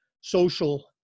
social